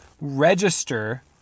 register